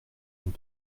nous